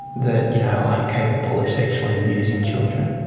that you know i am capable of sexually abusing children.